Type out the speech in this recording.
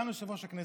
סגן יושב-ראש הכנסת,